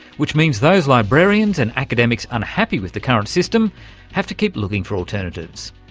which means those librarians and academics unhappy with the current system have to keep looking for alternatives.